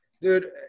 Dude